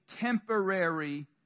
temporary